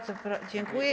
Dziękuję.